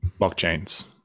blockchains